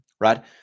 right